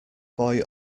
boy